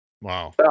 Wow